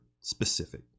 specific